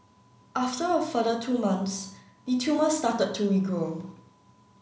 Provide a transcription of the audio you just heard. after a further two months the tumour started to regrow